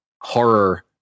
horror